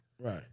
Right